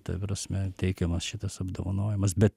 ta prasme teikiamas šitas apdovanojimas bet